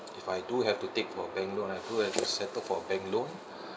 if I do have to take for bank loan I do have to settle for bank loan